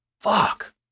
fuck